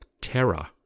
terror